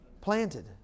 Planted